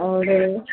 आओर